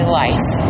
life